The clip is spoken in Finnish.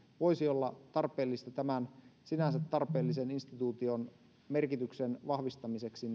voisi olla tarpeellista miettiä uudistuksia tämän sinänsä tarpeellisen instituution merkityksen vahvistamiseksi